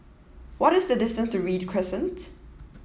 what is the distance to Read Crescent